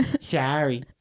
sorry